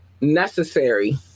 necessary